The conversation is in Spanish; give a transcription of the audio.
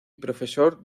profesor